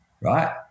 right